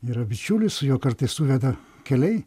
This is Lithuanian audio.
yra bičiulis su juo kartais suveda keliai